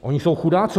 Oni jsou chudáci.